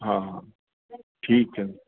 हा हा ठीकु आहे